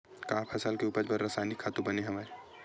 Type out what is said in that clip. का फसल के उपज बर रासायनिक खातु बने हवय?